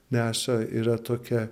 neša yra tokia